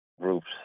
groups